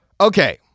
Okay